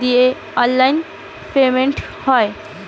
দিয়ে online payment হয়